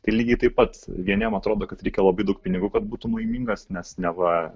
tai lygiai taip pat vieniem atrodo kad reikia labai daug pinigų kad būtum laimingas nes neva